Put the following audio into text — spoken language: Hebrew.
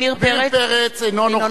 (קוראת בשמות חברי הכנסת) עמיר פרץ, אינו נוכח